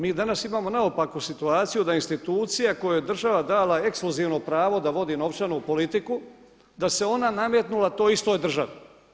Mi danas imamo naopaku situaciju da institucija kojoj je država dala ekskluzivno pravo da vodi novčanu politiku da se ona nametnula toj istoj državi.